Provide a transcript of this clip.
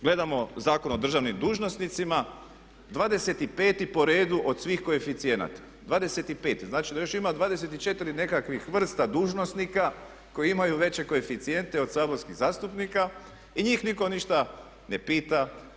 Gledamo Zakon o državnim dužnosnicima, 25. po redu od svih koeficijenata, 25. znači da još ima 24 nekakvih vrsta dužnosnika koji imaju veće koeficijente od saborskih zastupnika i njih nitko ništa ne pita.